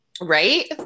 Right